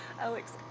Alex